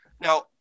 Now